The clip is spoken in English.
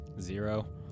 Zero